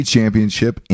Championship